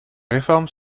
réformes